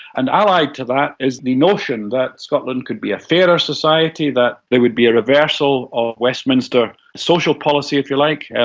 and allied to that is the notion that scotland could be a fairer society, that there would be a reversal of westminster social policy, if you like, and